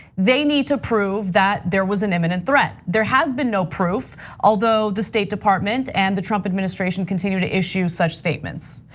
they need to prove that there was an imminent threat. there has been no proof although the state department and the trump administration continue to issue such statements.